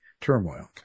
turmoil